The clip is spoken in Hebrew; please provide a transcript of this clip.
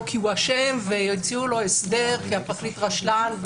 כי הוא אשם והציעו לו הסדר כי הפרקליט רשלן,